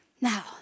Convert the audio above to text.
Now